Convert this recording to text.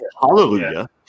Hallelujah